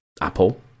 Apple